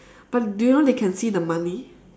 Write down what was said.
but do you know they can see the money